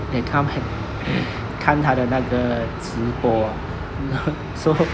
they come and 看他的那个直播 so